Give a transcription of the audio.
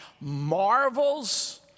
marvels